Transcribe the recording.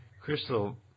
Crystal